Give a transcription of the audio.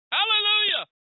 Hallelujah